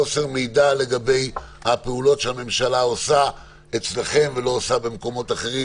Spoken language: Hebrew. חוסר מידע לגבי הפעולות שהממשלה עושה אצלכם ולא עושה במקומות אחרים,